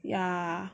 ya